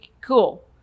cool